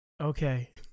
okay